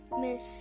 Miss